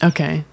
Okay